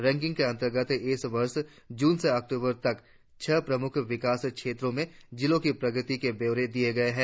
ranking के अंतर्गत इस वर्ष जून से अक्टूबर तक छह प्रमुख विकास क्षेत्रों में जिलों की प्रगति के ब्यौरे दिए गए हैं